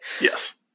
Yes